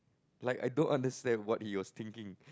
like I don't understand what he was thinking